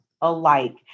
alike